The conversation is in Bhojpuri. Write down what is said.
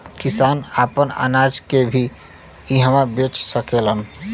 किसान आपन अनाज के भी इहवां बेच सकेलन